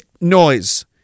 noise